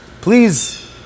please